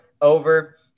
over